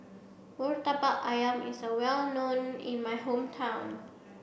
Murtabak Ayam is well known in my hometown